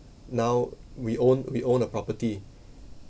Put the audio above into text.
now we own we own a property